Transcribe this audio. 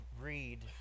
read